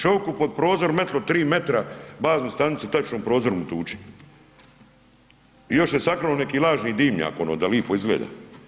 Čovjeku pod prozor metilo tri metra baznu stanicu tačno u prozor mu tuče i još se sakrilo neki lažni dimnjak ono da lipo izgleda.